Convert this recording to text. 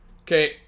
Okay